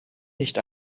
nicht